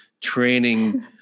training